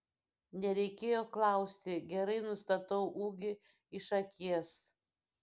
nereikėjo klausti gerai nustatau ūgį iš akies